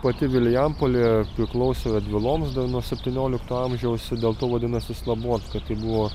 pati vilijampolė priklausė radviloms dar nuo septyniolikto amžiaus dėl to vadinasi slabodka tai buvo